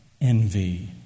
envy